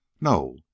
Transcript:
No